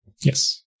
Yes